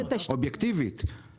אובייקטיבית.